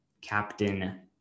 Captain